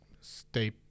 stay